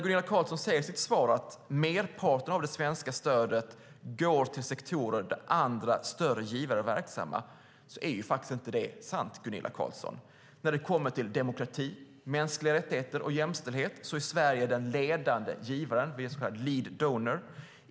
Gunilla Carlsson säger att merparten av det svenska stödet går till sektorer där andra större givare är verksamma, men det är inte sant. När det kommer till demokrati, mänskliga rättigheter och jämställdhet är Sverige den ledande givaren. Vi är så kallad lead donor.